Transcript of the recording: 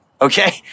Okay